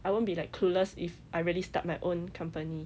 I won't be like clueless if I really start my own company